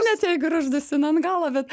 net jeigu ir uždusina ant galo bet